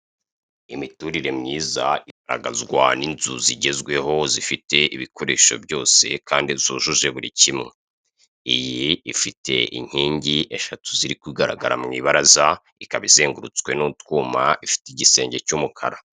Imiturire myiza igaragazwa n'inzu zigezweho zifite ibikoresho byose kandi zujuje buri kimwe, iyi ifite inkingi eshatu ziri kugaragara mu ibaraza, ikaba izengurutswe n'utwuma, ifite igisenge cy'umukara.